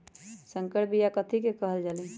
संकर बिया कथि के कहल जा लई?